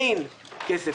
אין כסף.